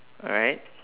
alright